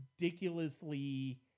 ridiculously